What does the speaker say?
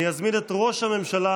אני אזמין את ראש הממשלה,